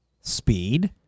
Speed